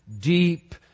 deep